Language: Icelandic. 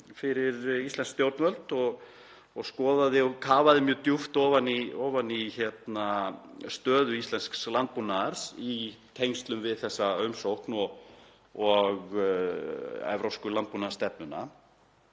fyrir íslensk stjórnvöld. Hún skoðaði og kafaði mjög djúpt ofan í stöðu íslensks landbúnaðar í tengslum við þessa umsókn og evrópsku landbúnaðarstefnuna.